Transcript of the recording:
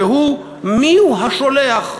והוא: מיהו השולח.